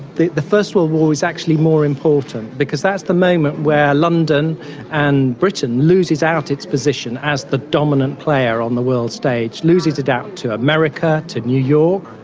the the first world war is actually more important, because that's the moment where london and britain loses out its position as the dominant player on the world stage, loses it out to america, to new york.